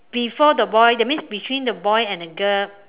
before the boy that means between the boy and the girl